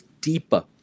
deeper